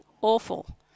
awful